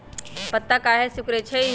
पत्ता काहे सिकुड़े छई?